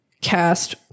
cast